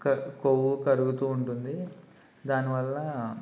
క కొవ్వు కరుగుతూ ఉంటుంది దానివల్ల